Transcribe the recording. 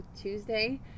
Tuesday